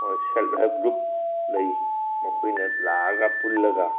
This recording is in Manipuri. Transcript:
ꯁꯦꯜꯐ ꯍꯦꯜꯞ ꯒ꯭ꯔꯨꯞ ꯂꯩ ꯃꯈꯣꯏꯅ ꯂꯥꯛꯑꯒ ꯄꯨꯜꯂꯒ